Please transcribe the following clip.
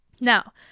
now